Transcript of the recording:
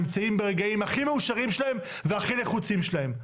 נמצאים ברגעים הכי מאושרים שלהם והכי לחוצים שלהם,